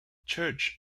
church